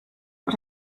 but